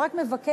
הוא רק מבקש